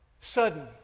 Sudden